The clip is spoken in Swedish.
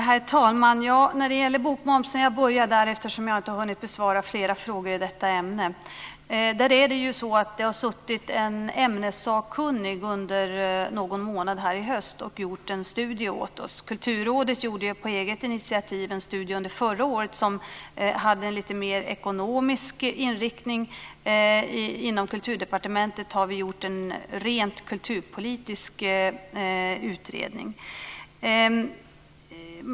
Herr talman! Jag börjar med bokmomsen, eftersom det har ställts flera frågor i detta ämne som jag inte har hunnit besvara. Det har suttit en ämnessakkunnig under någon månad här i höst och gjort en studie åt oss. Kulturrådet gjorde på eget initiativ en studie under förra året som hade en mer ekonomisk inriktning. Inom Kulturdepartementet har vi gjort en rent kulturpolitisk utredning.